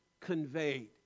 conveyed